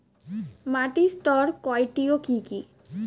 মাটির স্তর কয়টি ও কি কি?